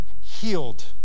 healed